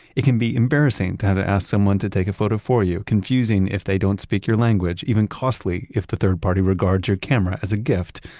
it can be embarrassing to have to ask someone to take a photo for you, confusing if they don't speak your language, even costly, if the third party regards your camera as a gift.